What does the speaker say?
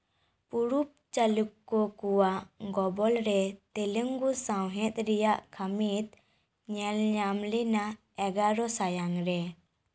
ᱯᱩᱨᱩᱵᱽ ᱪᱟᱞᱩᱠᱠᱚ ᱠᱚᱣᱟᱜ ᱜᱚᱵᱚᱞ ᱨᱮ ᱛᱮᱞᱮᱝᱜᱩ ᱥᱟᱶᱦᱮᱫ ᱨᱮᱱᱟᱜ ᱠᱷᱟᱢᱤᱛ ᱧᱮᱞᱧᱟᱢ ᱞᱮᱱᱟ ᱮᱜᱟᱨ ᱥᱟᱭᱟᱝ ᱨᱮ